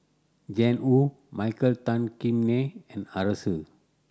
Jiang Hu Michael Tan Kim Nei and Arasu